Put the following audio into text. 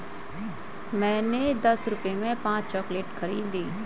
मैंने दस रुपए में पांच चॉकलेट खरीदी